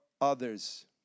others